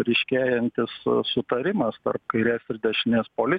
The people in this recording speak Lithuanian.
ryškėjantis sutarimas tarp kairės ir dešinės politikų